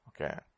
Okay